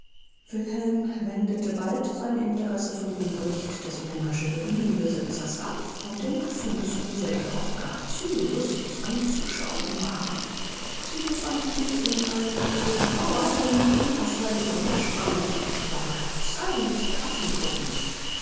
wilhelm wendete bald sein interesse von dem bericht des menageriebesitzers ab und den affen zu welche auch gar zu lustig anzuschauen waren sie befanden sich in einem großen bauer worin sie unaufhörlich umhersprangen ueberall gab es allerliebste